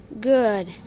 Good